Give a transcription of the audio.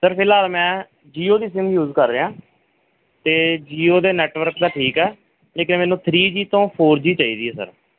sir ਫਿਲਹਾਲ ਮੈਂ ਜੀਓ ਦੀ ਸਿੰਮ ਯੂਜ਼ ਕਰ ਰਿਹਾ ਅਤੇ ਜੀਓ ਦੇ ਨੈਟਵਰਕ ਤਾਂ ਠੀਕ ਆ ਲੇਕਿਨ ਮੈਨੂੰ ਥਰੀ ਜੀ ਤੋਂ ਫੋਰ ਜੀ ਚਾਹੀਦੀ ਹੈ ਸਰ